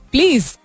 Please